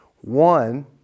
One